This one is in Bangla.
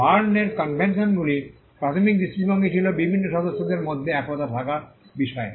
বার্নের কনভেনশনগুলির প্রাথমিক দৃষ্টিভঙ্গি ছিল বিভিন্ন সদস্যদের মধ্যে একতা থাকার বিষয়ে